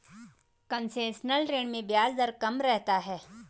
concessional ऋण में ब्याज दर कम रहता है